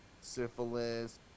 syphilis